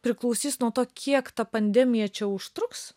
priklausys nuo to kiek ta pandemija čia užtruks